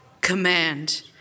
Command